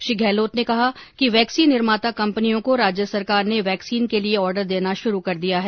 श्री गहलोत ने कहा कि वैक्सी निर्माता कम्पनियों को राज्य सरकार ने वैक्सीन के लिए ऑर्डर देना शुरू कर दिया है